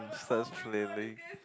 starts flailing